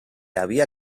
havia